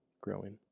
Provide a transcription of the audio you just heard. growing